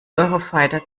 eurofighter